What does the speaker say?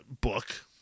book